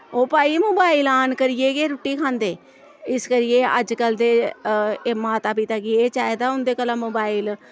ओह् भाई मोबाइल आन करियै गै रुट्टी खंदे इस करियै अजकल्ल दे एह् माता पिता कि एह् चाहिदा उं'दे कोला मोबाइल